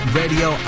radio